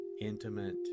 intimate